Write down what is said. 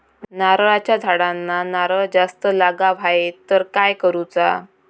नारळाच्या झाडांना नारळ जास्त लागा व्हाये तर काय करूचा?